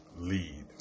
Lead